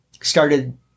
started